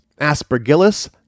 Aspergillus